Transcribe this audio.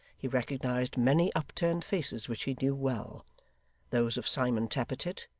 he recognised many upturned faces which he knew well those of simon tappertit,